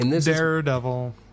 Daredevil